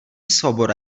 svoboda